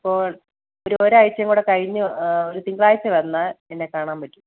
അപ്പോൾ ഒരു ഒരാഴ്ചയും കൂടെ കഴിഞ്ഞ് ഒരു തിങ്കളാഴ്ച വന്നാൽ എന്നെ കാണാൻ പറ്റും